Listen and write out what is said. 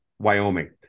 Wyoming